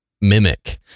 mimic